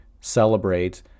celebrate